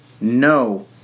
no